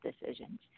decisions